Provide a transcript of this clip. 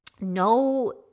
no